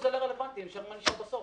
ברוטו זה לא רלוונטי, נשאר מה נשאר בסוף.